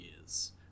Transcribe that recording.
years